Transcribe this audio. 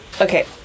Okay